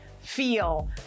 feel